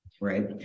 right